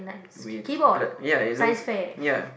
with bl~ ya it looks ya